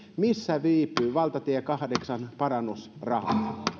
missä viipyvät valtatien kahdeksan parannusrahat